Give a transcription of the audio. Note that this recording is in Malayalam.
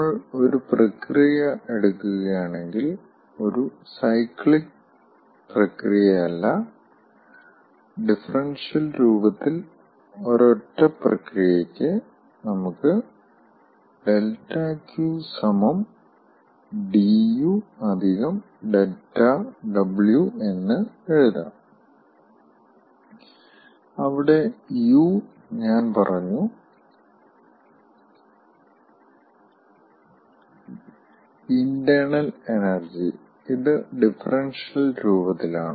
നമ്മൾ ഒരു പ്രക്രിയ എടുക്കുകയാണെങ്കിൽ ഒരു സൈക്ലിക് പ്രക്രിയയല്ല ഡിഫറൻഷ്യൽ രൂപത്തിൽ ഒരൊറ്റ പ്രക്രിയയ്ക്ക് നമുക്ക്δQ dU δW എന്ന് എഴുതാം അവിടെ U ഞാൻ പറഞ്ഞു ഇൻ്റേണൽ എനർജി ഇത് ഡിഫറൻഷ്യൽ രൂപത്തിലാണ്